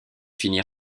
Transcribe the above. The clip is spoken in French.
finir